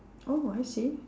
oh I see